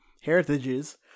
heritages